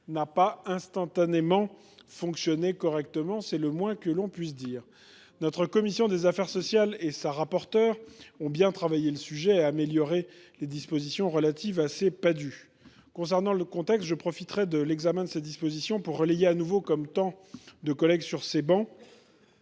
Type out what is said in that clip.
n’a pas tout de suite fonctionné correctement, c’est le moins que l’on puisse dire ! Notre commission des affaires sociales et sa rapporteure ont bien travaillé le sujet et amélioré les dispositions relatives aux Padhue. Pour en revenir au contexte, je profiterai de l’examen de ces dispositions pour relayer de nouveau, comme tant de collègues sur ces